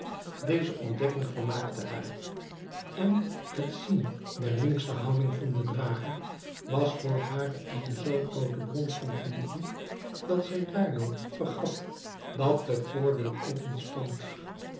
deze ontdekking vermaakte haar en het zien der linksche houding van den drager was voor haar eene zoo groote bron van genoegen dat zij daardoor vergat dat de voordeur open stond